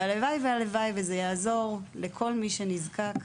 והלוואי והלוואי וזה יעזור לכל מי שנזקק.